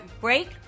break